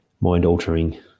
mind-altering